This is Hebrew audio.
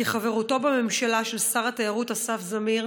כי חברותו בממשלה של שר התיירות אסף זמיר